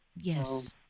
Yes